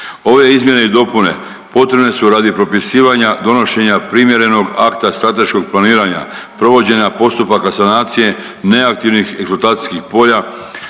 Ove izmjene i dopune potrebne su radi propisivanja donošenja primjerenog akta strateškog planiranja, provođenja postupaka sanacije, neaktivnih eksploatacijskih polja,